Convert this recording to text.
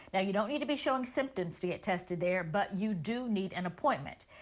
yeah you don't need to be showing symptoms to get tested there. but you do need an appointment.